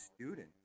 student